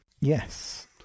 Yes